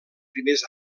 primers